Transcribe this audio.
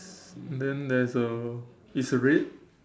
then there's a it's red